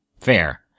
fair